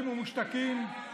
אתם הורדתם.